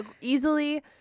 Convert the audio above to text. easily